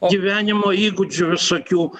gyvenimo įgūdžių visokių